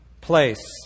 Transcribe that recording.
place